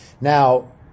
Now